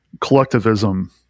collectivism